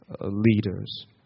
leaders